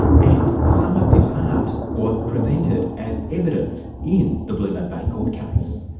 and some of this art was presented as evidence in the blue mud bay court case.